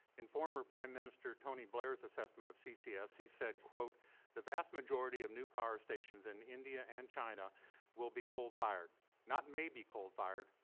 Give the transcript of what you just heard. in former prime minister tony blair's assessment of ccs he said, the vast majority of new power stations in india and china will be coal fired not may be coal fired,